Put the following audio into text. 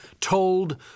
told